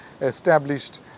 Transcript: established